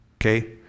Okay